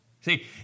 See